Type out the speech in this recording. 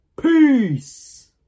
peace